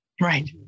Right